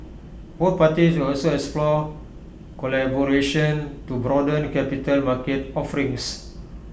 both parties will also explore collaboration to broaden capital market offerings